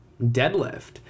deadlift